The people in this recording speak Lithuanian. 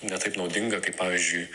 ne taip naudinga kaip pavyzdžiui